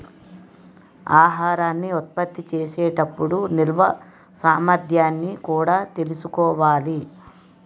ఆహారాన్ని ఉత్పత్తి చేసే టప్పుడు నిల్వ సామర్థ్యాన్ని కూడా తెలుసుకోవాలి